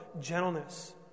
gentleness